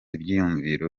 ibyiyumviro